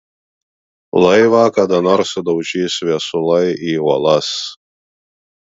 laivą kada nors sudaužys viesulai į uolas